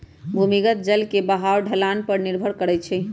भूमिगत जल के बहाव ढलान पर निर्भर करई छई